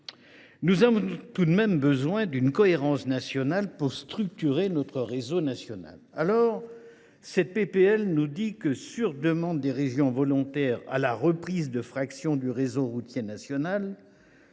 Nous aurions tout de même besoin d’une cohérence nationale pour structurer notre réseau national… La présente proposition de loi prévoit que, sur demande des régions volontaires pour la reprise de fractions du réseau routier national,